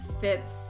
fits